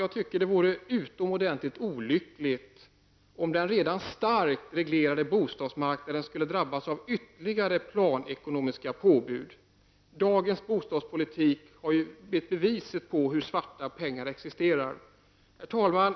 Jag tycker att det vore utomordentligt olyckligt om den redan starkt reglerade bostadsmarknaden skulle drabbas av ytterligare planekonomiska påbud. Dagens bostadspolitik är ju beviset på hur svarta pengar existerar. Herr talman!